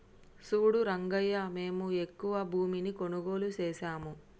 సూడు రంగయ్యా మేము ఎక్కువ భూమిని కొనుగోలు సేసాము